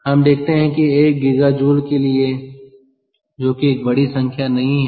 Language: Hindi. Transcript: हम देखते हैं कि 1 GJ के लिए जो कि एक बड़ी संख्या नहीं है